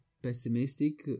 pessimistic